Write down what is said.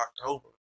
October